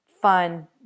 fun